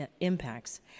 impacts